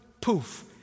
poof